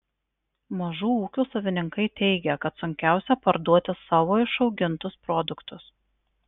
mažų ūkių savininkai teigia kad sunkiausia parduoti savo išaugintus produktus